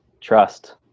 trust